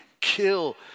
kill